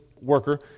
worker